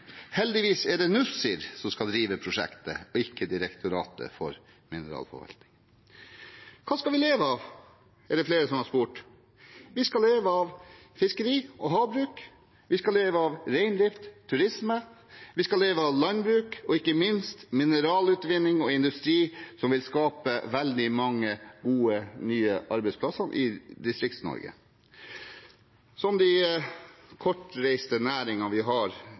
Heldigvis er det Nussir som skal drive prosjektet, og ikke Direktoratet for mineralforvaltning. Hva skal vi leve av? Det er det flere som har spurt om. Vi skal leve av fiskeri og havbruk, reindrift, turisme, landbruk og ikke minst mineralutvinning og industri, som vil skape veldig mange gode nye arbeidsplasser i Distrikts-Norge – som de kortreiste næringene vi har